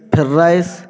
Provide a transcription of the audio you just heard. fried rice